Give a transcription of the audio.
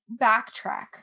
backtrack